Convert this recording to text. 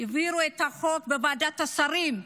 העבירו את החוק בוועדת השרים.